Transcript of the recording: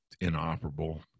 inoperable